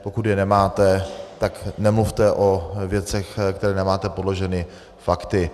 Pokud je nemáte, tak nemluvte o věcech, které nemáte podloženy fakty.